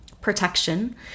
protection